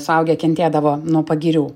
suaugę kentėdavo nuo pagirių